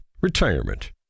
retirement